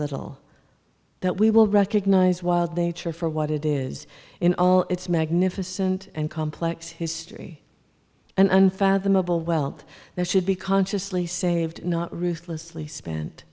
little that we will recognize wild nature for what it is in all its magnificent and complex history and unfathomable wealth that should be consciously saved not ruthlessly spent